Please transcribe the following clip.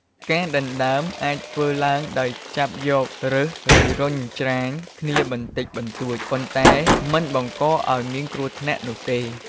ការដណ្ដើមអាចធ្វើឡើងដោយចាប់យក រើស ឬរុញច្រានគ្នាបន្តិចបន្តួច ប៉ុន្តែមិនបង្កឱ្យមានគ្រោះថ្នាក់នោះទេ។